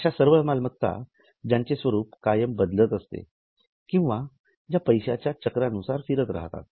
अश्या सर्व मालमत्ता ज्यांचे स्वरूप कायम बदलत असते किंवा ज्या पैश्याच्या चक्रानुसार फिरत राहतात